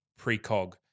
precog